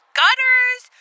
gutters